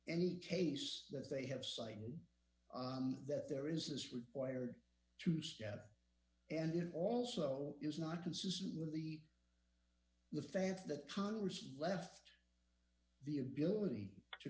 any case that they have cited that there is required to stand and it also is not consistent with the the fact that congress left the ability to